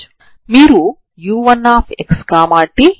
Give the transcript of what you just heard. కాబట్టి మనం ఈ సమీకరణాన్ని పోలార్ కోఆర్డినేట్ లు r లలోకి మార్చవచ్చు